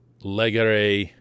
Legere